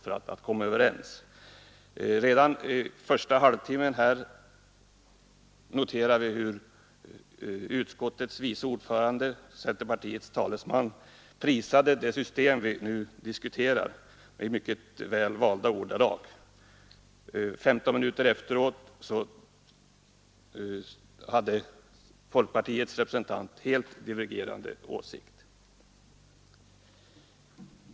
Vi har kunnat notera hur redan under första halvtimmens debatt utskottets vice ordförande, centerpartiets talesman, prisade det system vi nu diskuterar i mycket väl valda ordalag, medan 15 minuter efteråt folkpartiets representant uttalade en helt divergerande åsikt.